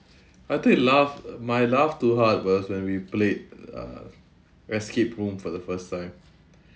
I did laugh uh my laughed too hard was when we played uh escape room for the first time